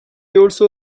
also